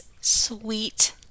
sweet